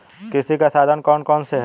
कृषि के साधन कौन कौन से हैं?